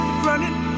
running